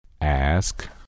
Ask